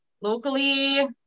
Locally